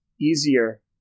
easier